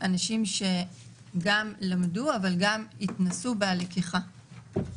אנשים שגם למדו אבל גם התנסו בלקיחה.